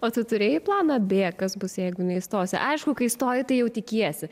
o tu turėjai planą beje kas bus jeigu neįstosi aišku kai stoji tai jau tikiesi